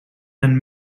then